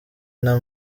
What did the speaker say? nta